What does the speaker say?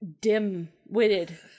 dim-witted